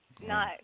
No